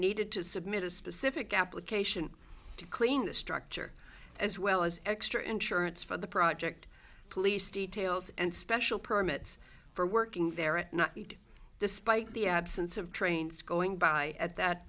needed to submit a specific application to clean the structure as well as extra insurance for the project police details and special permits for working there at night despite the absence of trains going by at that